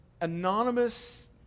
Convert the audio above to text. anonymous